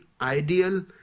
ideal